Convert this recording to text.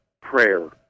prayer